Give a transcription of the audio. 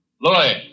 Louis